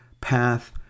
path